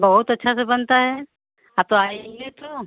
बहुत अच्छे से बनता है हाँ तो आइए तो